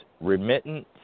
remittance